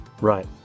Right